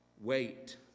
wait